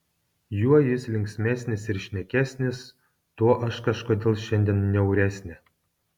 juo jis linksmesnis ir šnekesnis tuo aš kažkodėl šiandien niauresnė